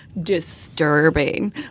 disturbing